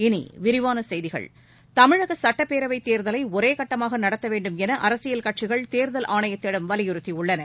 இனி விரிவான செய்திகள் தமிழக சுட்டப்பேரவைத் தேர்தலை ஒரே கட்டமாக நடத்த வேண்டும் என அரசியல் கட்சிகள் தேர்தல் ஆணையத்திடம் வலியுறுத்தியுள்ளன